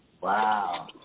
Wow